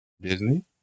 Disney